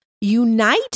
Unite